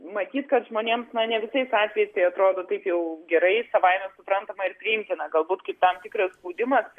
matyt kad žmonėms na ne visais atvejais tai atrodo kaip jau gerai savaime suprantama ir priimtina galbūt kaip tam tikras spaudimas